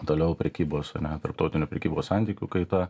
toliau prekybos ane tarptautinių prekybos santykių kaita